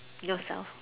yourself